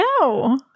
no